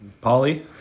polly